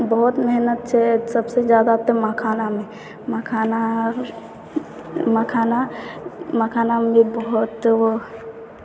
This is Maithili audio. बहुत मेहनत छै सबसँ ज्यादा तऽ मखानामे मखाना मखाना मखानामे भी बहुत